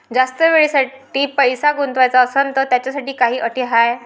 जास्त वेळेसाठी पैसा गुंतवाचा असनं त त्याच्यासाठी काही अटी हाय?